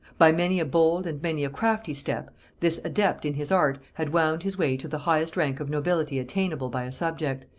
by many a bold and many a crafty step this adept in his art had wound his way to the highest rank of nobility attainable by a subject,